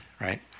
right